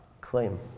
claim